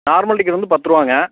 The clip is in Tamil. நார்மல் டிக்கெட்டு வந்து பத்து ரூபாங்க